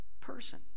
person